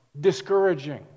discouraging